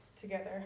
together